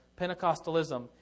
Pentecostalism